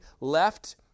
left